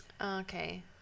Okay